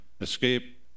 escape